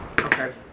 Okay